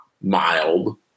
mild